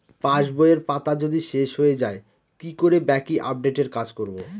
পাসবইয়ের পাতা যদি শেষ হয়ে য়ায় কি করে বাকী আপডেটের কাজ করব?